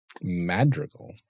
Madrigal